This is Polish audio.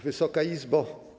Wysoka Izbo!